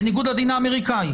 בניגוד לדין האמריקאי.